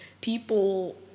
people